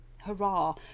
hurrah